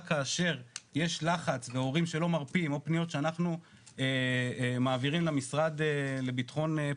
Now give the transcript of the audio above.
כאשר יש לחץ והורים שלא מרפים או פניות שאנחנו מעבירים למשרד לבט"פ,